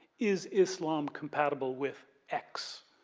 is islam compatible with x?